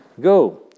Go